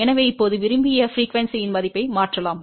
எனவே இப்போது விரும்பிய அதிர்வெண்ணின் மதிப்பை மாற்றலாம்